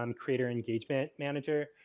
um creator engagement manager.